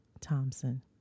thompson